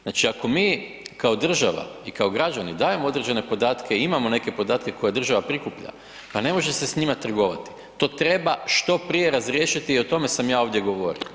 Znači ako mi kao država i kao građani dajemo određene podatke i imamo neke podatke koje država prikuplja, pa ne može se s njima trgovati, to treba štio prije razriješiti i o tome sam ja ovdje govorio, hvala lijepa.